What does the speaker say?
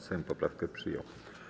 Sejm poprawkę przyjął.